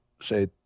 say